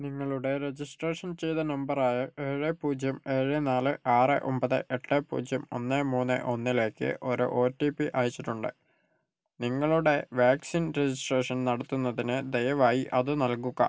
നിങ്ങളുടെ രജിസ്ട്രേഷൻ ചെയ്ത നമ്പറായ ഏഴ് പൂജ്യം ഏഴ് നാല് ആറ് ഒമ്പത് എട്ട് പൂജ്യം ഒന്ന് മൂന്ന് ഒന്നിലേക്ക് ഒരു ഒ ടി പി അയച്ചിട്ടുണ്ട് നിങ്ങളുടെ വാക്സിൻ രജിസ്ട്രേഷൻ നടത്തുന്നതിന് ദയവായി അത് നൽകുക